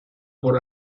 por